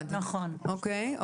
אוקיי.